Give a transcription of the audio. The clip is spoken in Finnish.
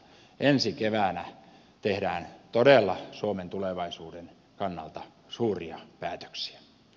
ensi keväänä tehdään todella suomen tulevaisuuden kannalta suuria päätöksiä